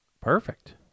Perfect